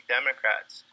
Democrats